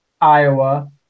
Iowa